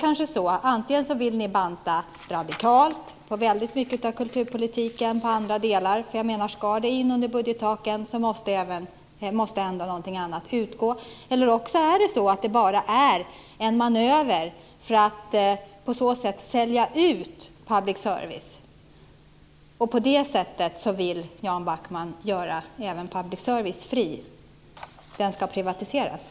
Antingen vill ni radikalt banta väldigt mycket av kulturpolitiken i andra delar - för ska det in under budgettaken så måste ändå något annat utgå - eller så är detta bara en manöver för att på så sätt sälja ut public service. Jan Backman vill kanske på det sättet göra även public service fri och privatisera den.